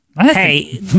hey